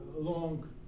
long